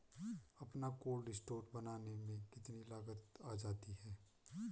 अपना cold store बनाने में कितनी लागत आ जाती है?